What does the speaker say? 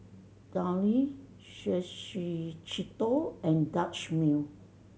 Downy Suavecito and Dutch Mill